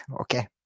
Okay